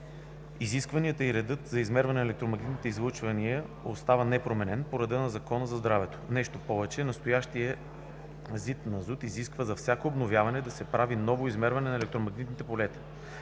Изискванията и редът за измерването на електромагнитните излъчвания остава непроменен – по реда на Закона за здравето. С този законопроект се предвижда изискването за всяко обновяване да се прави ново измерване на електромагнитните полета.